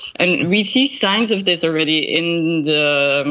and we see signs of this already in the